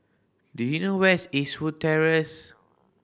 do you know where is Eastwood Terrace